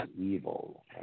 evil